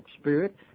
Spirit